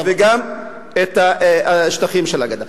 וגם את השטחים של הגדה.